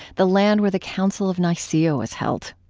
the land where the council of nicea was held.